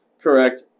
Correct